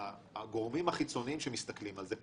הגורמים החיצוניים שמסתכלים על זה,